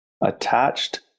Attached